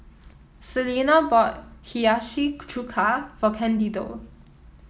Selena bought Hiyashi Chuka for Candido